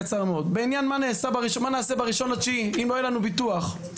לגבי מה נעשה ב-1.9 אם לא יהיה לנו ביטוח.